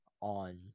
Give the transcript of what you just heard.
on